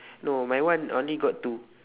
no my one only got two